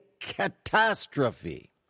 catastrophe